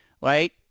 right